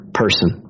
person